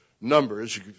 numbers